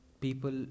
People